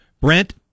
Brent